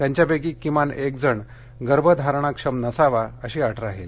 त्यांच्यापैकी किमान एकजण गर्भधारणाक्षम नसावा अशी अट राहील